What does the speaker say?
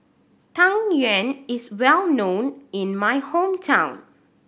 Tang Yuen is well known in my hometown